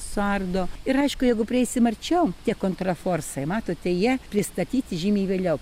suardo ir aišku jeigu prieisim arčiau tie kontraforsai matote jie pristatyti žymiai vėliau